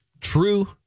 true